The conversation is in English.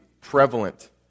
prevalent